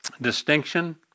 Distinction